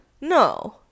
No